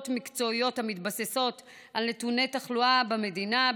מקצועיות המתבססות על נתוני התחלואה במדינה,